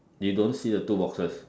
you don't see the two boxes